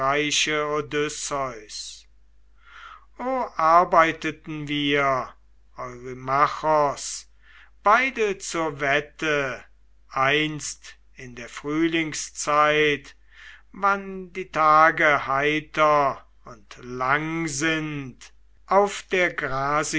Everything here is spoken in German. arbeiteten wir eurymachos beide zur wette einst in der frühlingszeit wann die tage heiter und lang sind auf der